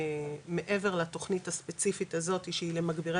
מעבר לתוכנית הספציפית הזאתי שהיא למגבירי